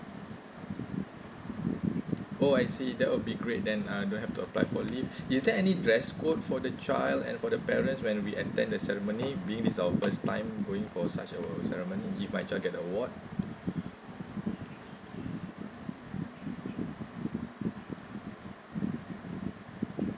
oh I see that will be great then uh don't have to apply for leave is there any dress code for the child and for the parents when we attend the ceremony being this is our first time going for such a ceremony if my child get award